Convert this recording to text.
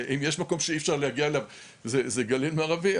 אם יש מקום שאי אפשר להגיע אליו הוא גליל מערבי,